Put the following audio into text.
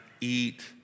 eat